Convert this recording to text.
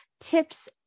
tips